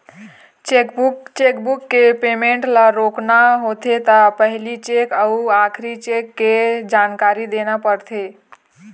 chequebook के payment ल रोकना होथे त पहिली चेक अउ आखरी चेक के जानकारी देना परथे